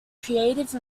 creative